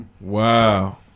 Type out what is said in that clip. Wow